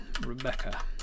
Rebecca